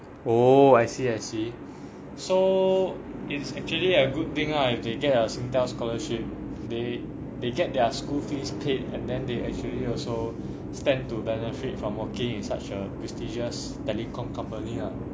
oh I see I see so it is actually a good thing lah if you get a singtel scholarship they they get their school fees paid and then they actually also stand to benefit from working in such a prestigious telecom company ah